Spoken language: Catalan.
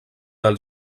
del